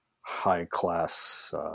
high-class